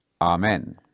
Amen